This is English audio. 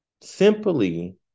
simply